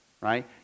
Right